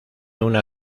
una